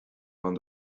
pan